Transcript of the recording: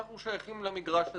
אנחנו שייכים למגרש הזה.